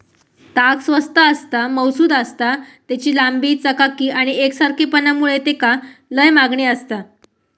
ताग स्वस्त आसता, मऊसुद आसता, तेची लांबी, चकाकी आणि एकसारखेपणा मुळे तेका लय मागणी आसता